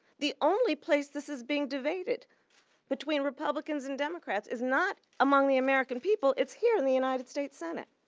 the only place this is being debated between republicans and democrats is not among the american people, it's here in the united states senate.